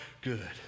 good